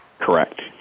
Correct